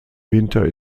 winter